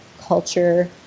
culture